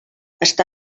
està